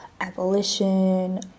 abolition